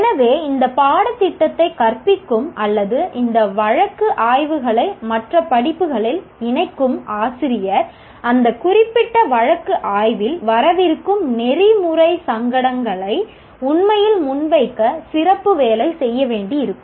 எனவே இந்த பாடத்திட்டத்தை கற்பிக்கும் அல்லது இந்த வழக்கு ஆய்வுகளை மற்ற படிப்புகளில் இணைக்கும் ஆசிரியர் அந்த குறிப்பிட்ட வழக்கு ஆய்வில் வரவிருக்கும் நெறிமுறை சங்கடங்களை உண்மையில் முன்வைக்க சிறப்பு வேலை செய்ய வேண்டியிருக்கும்